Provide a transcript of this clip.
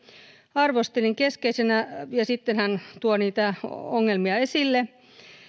arvostelin keskeisenä sitten hän tuo niitä ongelmia esille